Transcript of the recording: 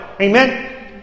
Amen